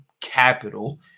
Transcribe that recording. capital